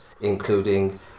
including